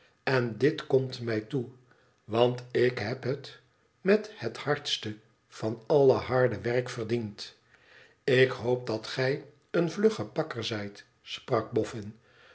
en dit komt mij toe want ik heb het met het hardste van alle harde werk verdiend ik hoop dat gij een vlugge pakker zijt sprak boffin